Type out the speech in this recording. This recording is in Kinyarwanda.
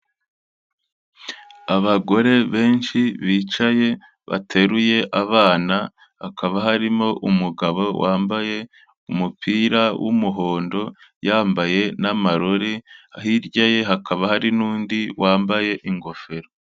Abagore benshi bicaye bateruye abana, hakaba harimo umugabo wambaye umupira w'umuhondo, yambaye n'amarori, hirya ye hakaba hari n'undi wambaye ingofero.